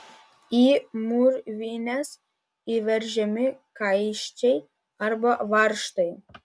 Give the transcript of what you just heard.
į mūrvines įveržiami kaiščiai arba varžtai